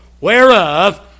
whereof